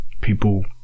people